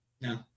no